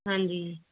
ਹਾਂਜੀ